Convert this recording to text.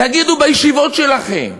תגידו בישיבות שלכם,